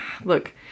look